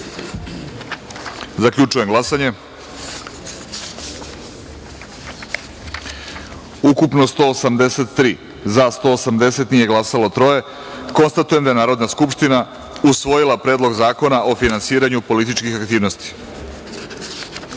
celini. Zaključujem glasanje: ukupno – 183, za – 180, nije glasalo – troje. Konstatujem da je Narodna skupština usvojila Predlog zakona o finansiranju političkih aktivnosti. Prelazimo